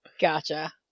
Gotcha